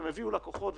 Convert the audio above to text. הם הביאו לקוחות,